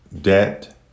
debt